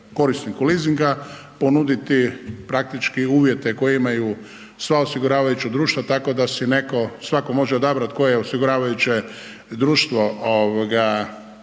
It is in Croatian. korisniku leasinga ponuditi praktički uvjete koje imaju sva osiguravajuća društva, tako da si neko, svako može odabrat koje osiguravajuće društvo